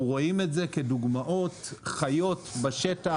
אנחנו רואים את זה בדוגמאות חיות בשטח